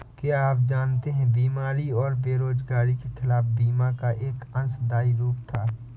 क्या आप जानते है बीमारी और बेरोजगारी के खिलाफ बीमा का एक अंशदायी रूप था?